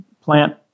plant